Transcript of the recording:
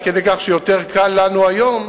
עד כדי כך שיותר קל לנו היום